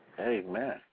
Amen